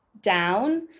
down